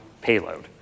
payload